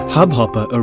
Hubhopper